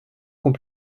qu’on